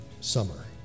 summer